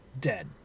Dead